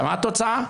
מה התוצאה?